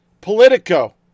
Politico